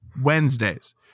Wednesdays